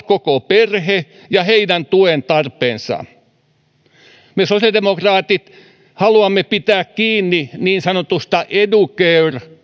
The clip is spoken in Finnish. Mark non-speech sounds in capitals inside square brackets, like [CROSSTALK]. [UNINTELLIGIBLE] koko perhe tuen tarpeineen me sosiaalidemokraatit haluamme pitää kiinni niin sanotusta educare